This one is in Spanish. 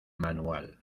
manual